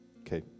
Okay